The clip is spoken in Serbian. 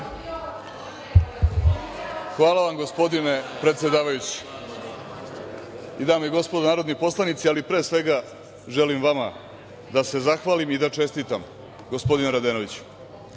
Hvala vam gospodine predsedavajući. Dame i gospodo narodni poslanici, ali pre svega želim vama da se zahvalim i da čestitam, gospodine Radenoviću,